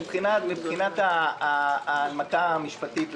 מבחינת ההנמקה המשפטית,